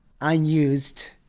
unused